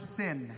sin